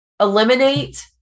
eliminate